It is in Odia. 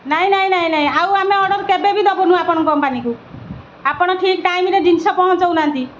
ନାଇଁ ନାଇଁ ନାଇଁ ନାଇଁ ଆଉ ଆମେ ଅର୍ଡ଼ର୍ କେବେ ବି ଦେବୁନୁ ଆପଣଙ୍କ କମ୍ପାନୀକୁ ଆପଣ ଠିକ୍ ଟାଇମ୍ରେ ଜିନିଷ ପହଞ୍ଚାଉନାହାନ୍ତି